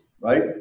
right